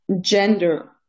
gender